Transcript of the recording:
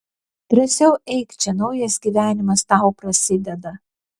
drąsiau eik čia naujas gyvenimas tau prasideda